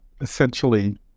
essentially